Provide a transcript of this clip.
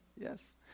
yes